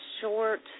short